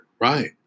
Right